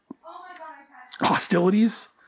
hostilities